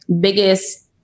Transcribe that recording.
biggest